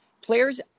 Players